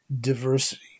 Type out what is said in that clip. diversity